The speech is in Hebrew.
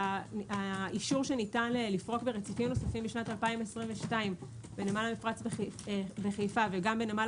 האישור שניתן לפרוק ברציפים נוספים ב-2022 בנמל מפרץ בחיפה וגם בנמל